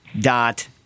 dot